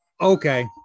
okay